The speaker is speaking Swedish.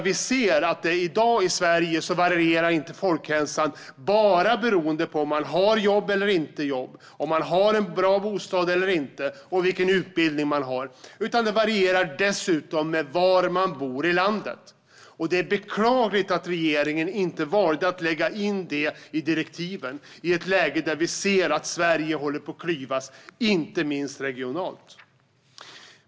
Vi ser att i dag i Sverige varierar folkhälsan inte bara beroende på om människor har jobb eller inte har jobb, om de har en bra bostad eller inte och vilken utbildning de har. Den varierar dessutom med var människor bor i landet. Det är beklagligt att regeringen inte valde att lägga in det i direktiven i ett läge där vi se att Sverige håller på att klyvas inte minst regionalt.